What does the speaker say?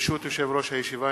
ברשות יושב-ראש הישיבה,